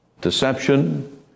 deception